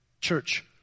Church